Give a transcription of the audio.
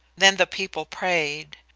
then the people prayed,